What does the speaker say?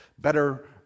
Better